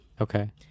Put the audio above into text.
Okay